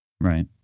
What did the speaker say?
Right